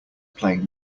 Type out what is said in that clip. playing